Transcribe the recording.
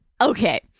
okay